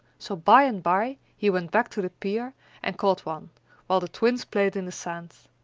so by and by he went back to the pier and caught one while the twins played in the sand.